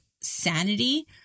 sanity